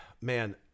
Man